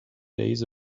days